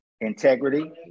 integrity